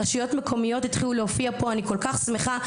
רשויות מקומיות התחילו להופיע פה ואני כל כך שמחה,